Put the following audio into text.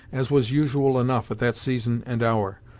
as was usual enough at that season and hour.